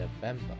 November